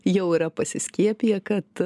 jau yra pasiskiepiję kad